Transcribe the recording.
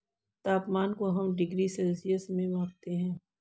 तापमान को हम डिग्री सेल्सियस में मापते है